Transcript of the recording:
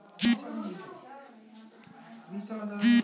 मैटीन एगो रेशम के पिलूआ में होय बला रोग हई जे शीत काममे होइ छइ